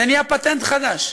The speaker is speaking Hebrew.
זה נהיה פטנט חדש.